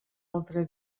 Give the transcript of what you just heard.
altre